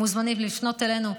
הם מוזמנים לפנות אלינו,